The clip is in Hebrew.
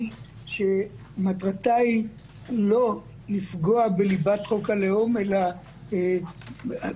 מטרתה לא הייתה לפגוע בליבת חוק הלאום - כולנו,